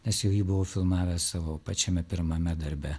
nes jau jį buvau filmavęs savo pačiame pirmame darbe